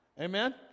Amen